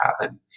happen